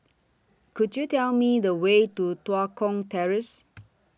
Could YOU Tell Me The Way to Tua Kong Terrace